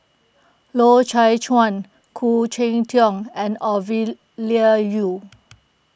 Loy Chye Chuan Khoo Cheng Tiong and Ovidia Yu